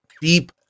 deep